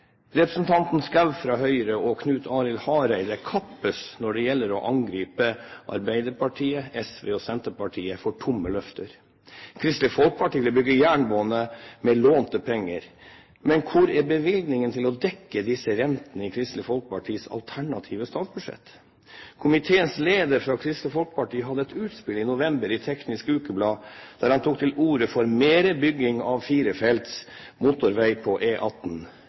Representanten Ingjerd Schou fra Høyre og representanten Knut Arild Hareide kappes om å angripe Arbeiderpartiet, SV og Senterpartiet for å komme med tomme løfter. Kristelig Folkeparti vil bygge jernbane med lånte penger. Men hvor i Kristelig Folkepartis alternative statsbudsjett er bevilgningen til å dekke disse rentene? Komiteens leder fra Kristelig Folkeparti hadde et utspill i en novemberutgave av Teknisk Ukeblad, der han tok til orde for mer bygging av firefelts motorvei på